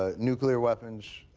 ah nuclear weapons.